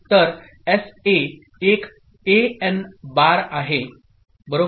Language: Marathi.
तर एसए एक एएन बार आहे बरोबर